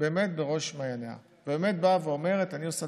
בראש מעייניה והיא אומרת: אני עושה